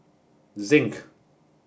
zinc